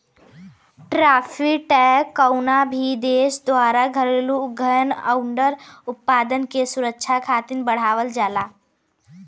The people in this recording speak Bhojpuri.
टैरिफ टैक्स कउनो भी देश द्वारा घरेलू उद्योग आउर उत्पाद के सुरक्षा खातिर बढ़ावल जाला